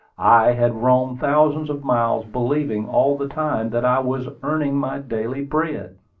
i had roamed thousands of miles, believing all the time that i was earning my daily bread.